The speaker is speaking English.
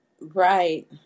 Right